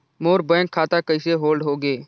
मोर bank खाता कइसे hold होगे?